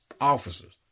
officers